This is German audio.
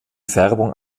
färbung